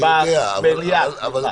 לא